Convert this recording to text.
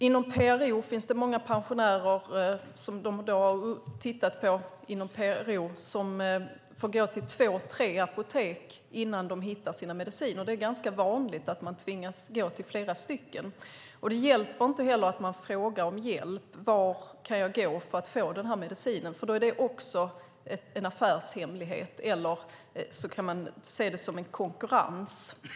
Inom PRO har man tittat på att det finns många pensionärer som får gå till två tre apotek innan de hittar sina mediciner. Det är ganska vanligt att de tvingas gå till flera stycken, och det hjälper inte att de frågar om hjälp om vart de kan gå för att få medicinen. Det är nämligen också en affärshemlighet, eller så kan det ses som konkurrens.